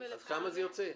ורכזת לשכה.